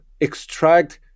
extract